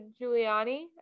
Giuliani